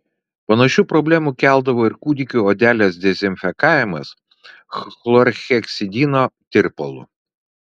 panašių problemų keldavo ir kūdikių odelės dezinfekavimas chlorheksidino tirpalu